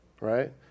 right